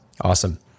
Awesome